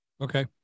okay